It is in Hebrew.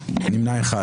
נמנעים.